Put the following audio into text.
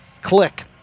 click